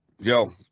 Yo